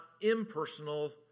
impersonal